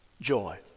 joy